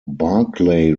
barclay